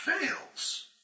fails